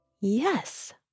Yes